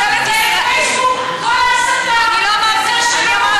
זה שיש הסתה וזה שלא מוחקים,